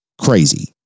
crazy